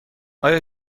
آیا